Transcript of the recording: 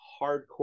hardcore